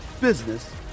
business